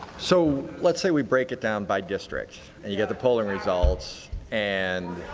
so let's say we break it down by district and you get the polling results and